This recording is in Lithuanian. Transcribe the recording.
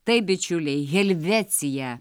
taip bičiuliai helvecija